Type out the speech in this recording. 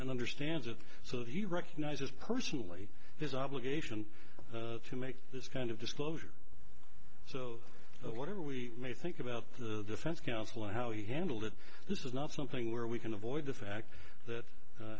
and understands it so that he recognises personally his obligation to make this kind of disclosure so whatever we may think about the defense counsel and how he handled it this is not something where we can avoid the fact that